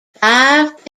five